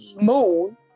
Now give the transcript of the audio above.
moon